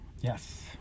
Yes